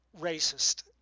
racist